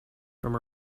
from